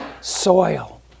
Soil